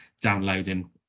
downloading